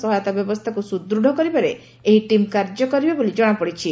ସହାୟତା ବ୍ୟବସ୍ଚାକୁ ସୁଦୃଢ କରିବାରେ ଏହି ଟିମ୍ କାର୍ଯ୍ୟ କରିବେ ବୋଲି ଜଶାପଡିଛି